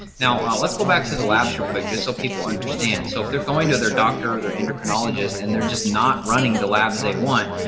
now, ah, let's go back to the labs real quick, just so people understands. so if they're going to their doctor, their endocrinologists and they're just not running the labs they want,